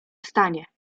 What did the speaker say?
stanie